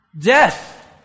Death